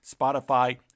Spotify